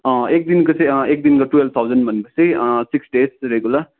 एक दिनको चाहिँ एक दिनको टुवेल्भ थाउजन्ड भने पछि सिक्स डेसको रेगुलर